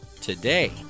today